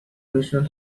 original